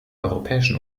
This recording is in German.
europäischen